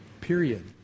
Period